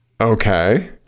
Okay